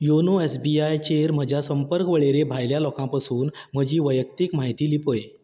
YONO S B आयचेर म्हज्या संपर्क वळेरे भायल्या लोकां पसून म्हजी वैयक्तीक म्हायती लिपय